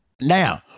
Now